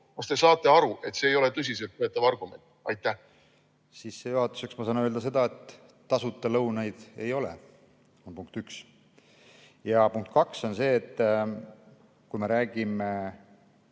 Kas te saate aru, et see ei ole tõsiseltvõetav argument? Sissejuhatuseks saan ma öelda seda, et tasuta lõunaid ei ole, see on punkt üks. Ja punkt kaks on see, et kui me räägime